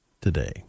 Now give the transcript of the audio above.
today